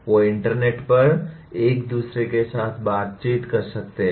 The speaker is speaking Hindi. वे इंटरनेट पर एक दूसरे के साथ बातचीत कर सकते हैं